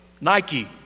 nike